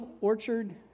orchard